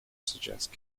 suggest